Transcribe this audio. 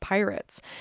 pirates